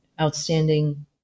outstanding